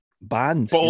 band